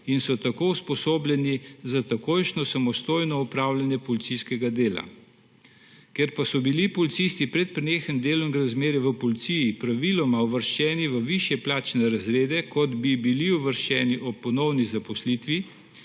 in so tako usposobljeni za takojšnje samostojno opravljanje policijskega dela. Ker pa so bili policisti pred prenehanjem delovnega razmerja v policiji praviloma uvrščeni v višje plačne razrede, kot bi bili uvrščeni ob ponovni zaposlitvi,